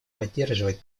поддерживать